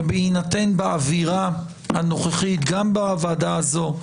ובהינתן באווירה הנוכחית גם בוועדה הזו,